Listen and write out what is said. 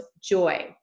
joy